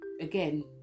again